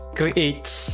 creates